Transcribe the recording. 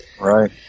Right